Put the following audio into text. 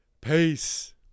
Peace